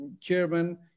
Chairman